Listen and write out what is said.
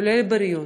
כולל בריאות,